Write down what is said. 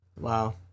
wow